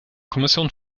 kommission